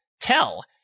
tell